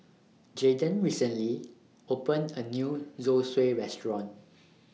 Jadon recently opened A New Zosui Restaurant